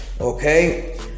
okay